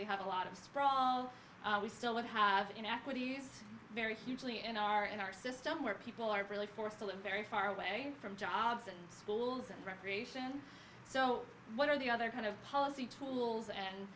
likely have a lot of sprawl we still would have an equity is very huge lee in our in our system where people are really forced to live very far away from jobs and schools and recreation so what are the other kind of policy tools and